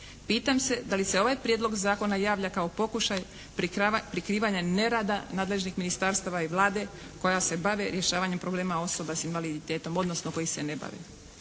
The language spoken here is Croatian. Pitam se da li se ovaj prijedlog zakona javlja kao pokušaj prikrivanja nerada nadležnih ministarstava i Vlade koja se bave rješavanjem problema osoba s invaliditetom odnosno koji se ne bave?